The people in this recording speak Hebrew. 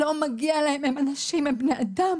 זה לא מגיע להם, הם אנשים, הם בני אדם.